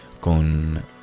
con